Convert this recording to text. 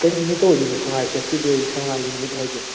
ꯀꯔꯤ ꯅꯨꯃꯤꯠꯇ ꯑꯣꯏꯗꯣꯏꯅꯣ ꯁꯪꯉꯥꯏ ꯐꯦꯁꯇꯤꯚꯦꯜꯒꯤ ꯁꯪꯉꯥꯏꯒꯤ ꯅꯨꯃꯤꯠ ꯍꯥꯏꯁꯦ